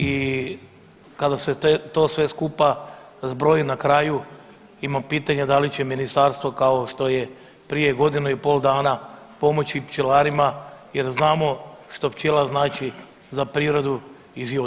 I kada se to sve skupa zbroji na kraju imam pitanje da li će ministarstvo kao što je prije godinu i pol dana pomoći pčelarima jer znamo što pčela znači za prirodu i život čovjeka.